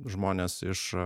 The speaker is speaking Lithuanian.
žmonės iš